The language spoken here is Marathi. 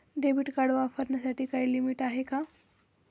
डेबिट कार्ड वापरण्यासाठी काही लिमिट आहे का?